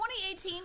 2018